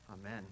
Amen